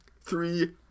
Three